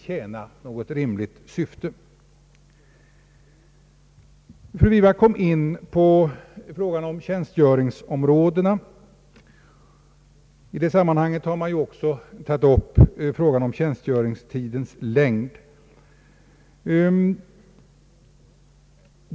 Fru Segerstedt Wiberg kom in på frågan om tjänstgöringsområden. I det sammanhanget har man också tagit upp tjänstgöringstidens längd.